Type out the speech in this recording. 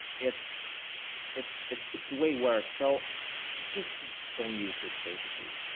it's it's it's it's way worse. so just don't use this, basically.